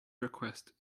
request